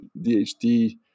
DHT